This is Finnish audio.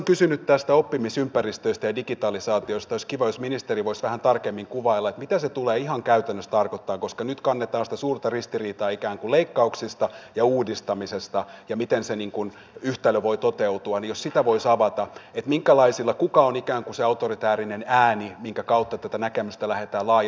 olisi kiva jos ministeri voisi vähän tarkemmin kuvailla mitä se tulee ihan käytännössä tarkoittamaan koska nyt kannetaan sitä suurta ristiriitaa ikään kuin leikkauksista ja uudistamisesta ja siitä miten se yhtälö voi toteutua jos sitä voisi avata kuka on ikään kuin se autoritäärinen ääni minkä kautta tätä näkemystä lähdetään laajentamaan